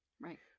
Right